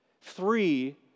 three